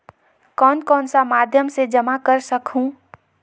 कौन कौन सा माध्यम से जमा कर सखहू?